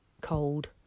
cold